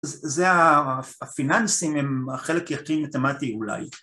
‫זה.. זה.. הפיננסים הם החלק הכי מתמטי אולי.